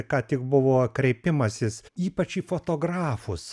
ką tik buvo kreipimasis ypač į fotografus